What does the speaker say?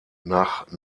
nach